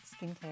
Skincare